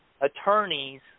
attorneys